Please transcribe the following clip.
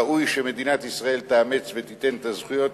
ראוי שישראל תאמץ אותו ותיתן את הזכויות